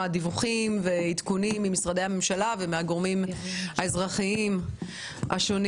דיווחים ועדכונים ממשרדי הממשלה והגורמים האזרחיים השונים.